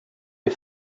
est